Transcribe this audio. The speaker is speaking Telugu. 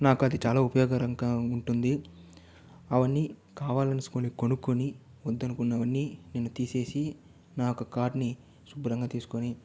నాకు అది చాలా ఉపయోగకరంగా ఉంటుంది అవన్నీ కావలసినవి కొనుక్కొని వద్దనుకున్నవన్నీ నేను తీసేసి నాకు కార్ట్ ని శుభ్రంగా తీసుకుని